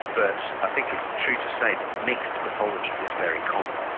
but i think it's true to say that mixed pathology is very common.